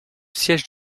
siège